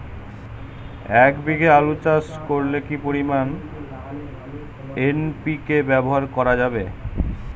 এক বিঘে আলু চাষ করলে কি পরিমাণ এন.পি.কে ব্যবহার করা যাবে?